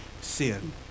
sin